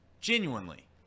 genuinely